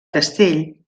castell